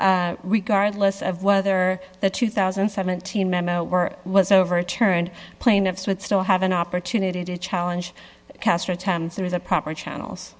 guard less of whether the two thousand and seventeen memo where it was overturned plaintiffs would still have an opportunity to challenge castro time through the proper channels